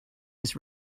his